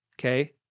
okay